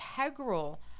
integral